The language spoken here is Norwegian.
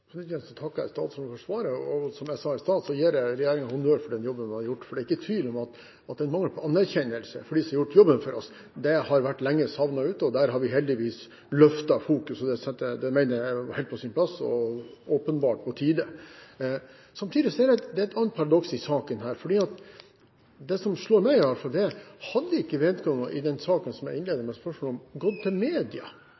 takker jeg statsråden for svaret, og som jeg sa i stad, gir jeg regjeringen honnør for den jobben den har gjort. Det er ikke tvil om at det har vært mangel på anerkjennelse av dem som har gjort jobben for oss. Det har vært lenge savnet, og der har vi heldigvis økt fokus. Det mener jeg er helt på sin plass og åpenbart på tide. Samtidig er det et annet paradoks i saken. Det som slår meg, i alle fall, er: Hadde ikke vedkommende i den saken som jeg